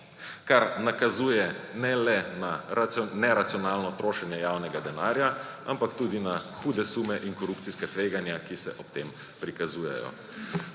kar nakazuje ne le na neracionalno trošenje javnega denarja, ampak tudi na hude sume in korupcijska tveganja, ki se ob tem prikazujejo.